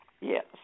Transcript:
Yes